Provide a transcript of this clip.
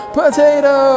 potato